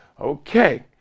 Okay